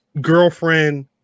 girlfriend